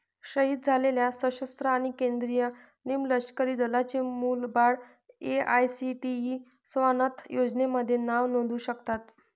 शहीद झालेले सशस्त्र आणि केंद्रीय निमलष्करी दलांचे मुलं बाळं ए.आय.सी.टी.ई स्वानथ योजनेमध्ये नाव नोंदवू शकतात